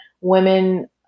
women